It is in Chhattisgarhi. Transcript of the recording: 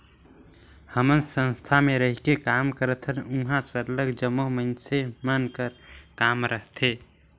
हमन संस्था में रहिके काम करथन उहाँ सरलग जम्मो मइनसे मन कर काम रहथे